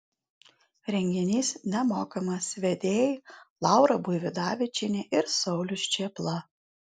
renginys nemokamas vedėjai laura buividavičienė ir saulius čėpla